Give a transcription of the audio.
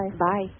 Bye